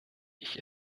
ich